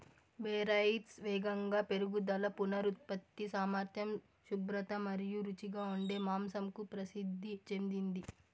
Berkshires వేగంగా పెరుగుదల, పునరుత్పత్తి సామర్థ్యం, శుభ్రత మరియు రుచిగా ఉండే మాంసంకు ప్రసిద్ధి చెందింది